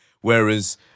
Whereas